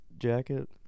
jacket